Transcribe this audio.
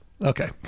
Okay